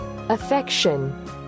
Affection